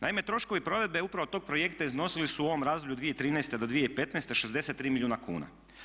Naime, troškovi provedbe upravo tog projekta iznosili su u ovom razdoblju od 2013. do 2015. 63 milijuna kuna.